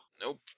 Nope